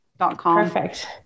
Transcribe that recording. perfect